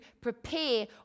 prepare